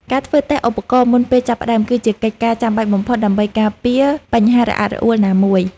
ការធ្វើតេស្តឧបករណ៍មុនពេលចាប់ផ្ដើមគឺជាកិច្ចការចាំបាច់បំផុតដើម្បីការពារបញ្ហារអាក់រអួលណាមួយ។